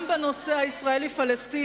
את זה צריך לזכור.